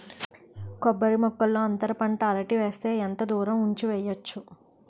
కొబ్బరి మొక్కల్లో అంతర పంట అరటి వేస్తే ఎంత దూరం ఉంచి వెయ్యొచ్చు?